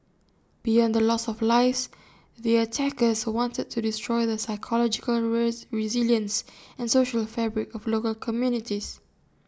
beyond the loss of lives the attackers wanted to destroy the psychological resilience and social fabric of local communities